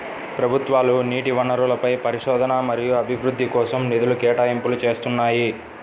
ప్రభుత్వాలు నీటి వనరులపై పరిశోధన మరియు అభివృద్ధి కోసం నిధుల కేటాయింపులు చేస్తున్నాయి